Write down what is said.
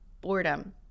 boredom